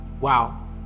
Wow